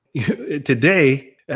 Today